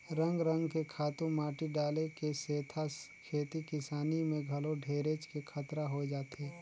रंग रंग के खातू माटी डाले के सेथा खेती किसानी में घलो ढेरेच के खतरा होय जाथे